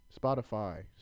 Spotify